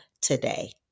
today